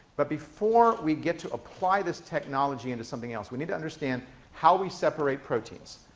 but before we get to apply this technology into something else, we need to understand how we separate proteins.